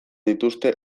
dituzte